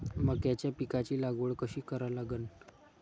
मक्याच्या पिकाची लागवड कशी करा लागन?